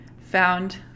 found